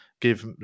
give